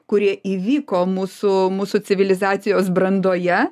kurie įvyko mūsų mūsų civilizacijos brandoje